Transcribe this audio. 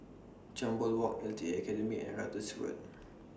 Jambol Walk L T A Academy and Ratus Road